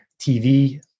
TV